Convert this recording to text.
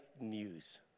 news